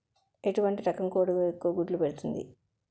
ఎటువంటి రకం కోడి ఎక్కువ గుడ్లు పెడుతోంది?